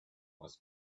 was